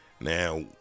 Now